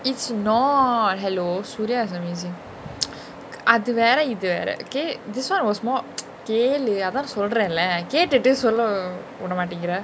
it's not hello sooriya is amazing அதுவேர இதுவேர:athuvera ithuvera okay this one was more கேளு அதா சொல்ரன்ல கேட்டுட்டு சொல்லு உடமாடிங்குர:kelu atha solranla ketutu sollu udamaatingura